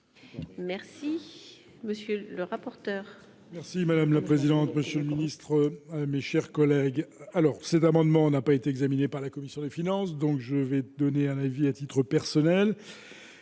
Merci, monsieur le rapporteur. Merci madame la présidente, monsieur le ministre, mes chers collègues, alors cet amendement n'a pas été examiné par la commission des finances, donc je vais donner un avis à titre personnel,